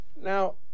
Now